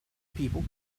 people